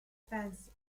fancy